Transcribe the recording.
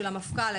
של המפכ"ל,